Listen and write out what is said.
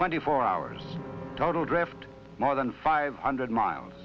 twenty four hours total draft more than five hundred miles